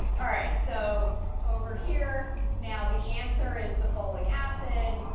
all right, so over here now, the answer is the folic acid,